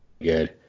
good